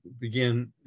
begin